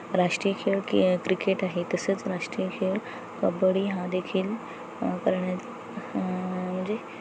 राष्ट्रीय खेळ कि क्रिकेट आहे तसेच राष्ट्रीय खेळ कबड्डी हा देखील करण्यात म्हणजे